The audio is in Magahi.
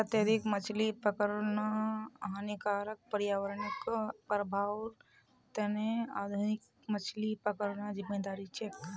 अत्यधिक मछली पकड़ ल हानिकारक पर्यावरणीय प्रभाउर त न औद्योगिक मछली पकड़ना जिम्मेदार रह छेक